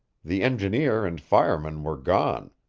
the engineer and fireman were gone,